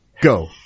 Go